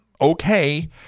okay